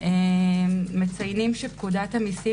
מציינים שפקודת המיסים,